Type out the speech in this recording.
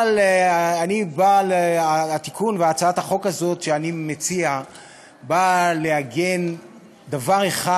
אבל התיקון והצעת החוק הזאת שאני מציע באה לעגן דבר אחד,